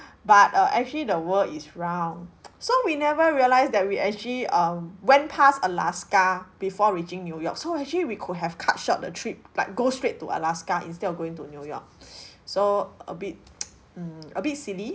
but uh actually the world is round so we never realised that we actually um went past alaska before reaching new york so actually we could have cut short the trip like go straight to alaska instead of going to new york so a bit mm a bit silly